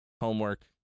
homework